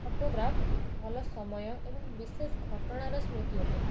photograph ଭଲ ସମୟ ଏବଂ ବିଶେଷ ଘଟଣାର ସ୍ମୃତି ଅଟେ